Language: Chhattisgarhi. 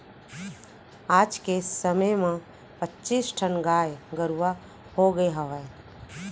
आज के समे म पच्चीस ठन गाय गरूवा होगे हवय